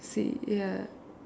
see ya